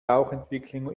rauchentwicklung